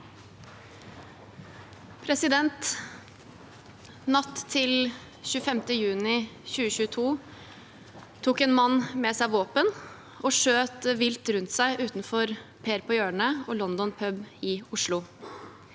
Natt til 25. juni 2022 tok en mann med seg våpen og skjøt vilt rundt seg utenfor Per på Hjørnet og London Pub i Oslo